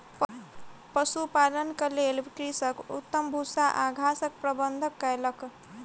पशुपालनक लेल कृषक उत्तम भूस्सा आ घासक प्रबंध कयलक